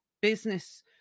business